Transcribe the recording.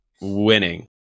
winning